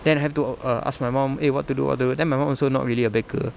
then I have to oh err ask my mum eh what to do what to do then my mum also not really a baker